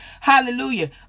Hallelujah